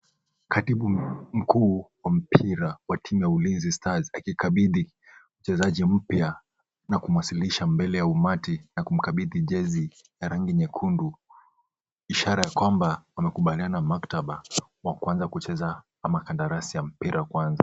Katibu mkuu wa mpira wa timu ya Ulinzi stars akikabidhi mchezaji mpya na kumwasilisha mbele ya umati na kumkabidhi jezi ya rangi nyekundu ishara ya kwamba wamekubaliana maktaba wa kuanza kucheza ama kandarasi ya mpira kuanza.